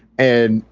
and,